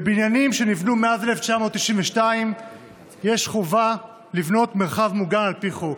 בבניינים שנבנו מאז 1992 יש חובה לבנות מרחב מוגן על פי חוק.